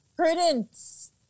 Prudence